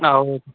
ಹೌದು